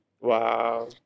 Wow